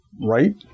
right